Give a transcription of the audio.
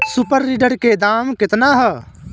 Super seeder के दाम केतना ह?